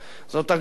זאת אגדה.